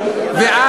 ואת,